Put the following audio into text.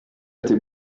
était